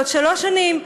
בעוד שלוש שנים,